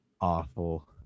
awful